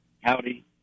Howdy